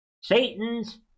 Satan's